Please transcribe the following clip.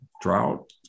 drought